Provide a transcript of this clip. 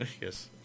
Yes